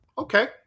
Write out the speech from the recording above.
okay